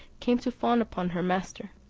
came to fawn upon her master,